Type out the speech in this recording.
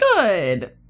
Good